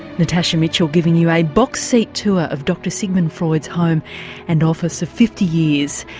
natasha mitchell giving you a box seat tour of dr sigmund freud's home and office of fifty years,